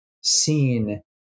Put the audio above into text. seen